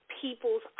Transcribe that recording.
people's